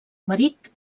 marit